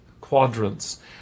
quadrants